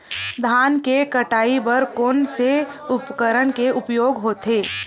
धान के कटाई बर कोन से उपकरण के उपयोग होथे?